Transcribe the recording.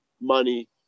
money